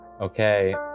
okay